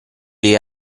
lei